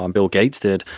um bill gates did,